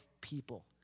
people